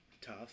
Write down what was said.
tough